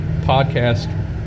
podcast